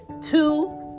Two